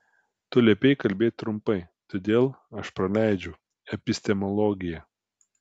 tu liepei kalbėti trumpai todėl aš praleidžiu epistemologiją